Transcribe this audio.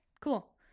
cool